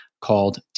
called